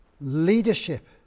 leadership